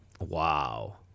Wow